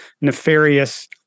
nefarious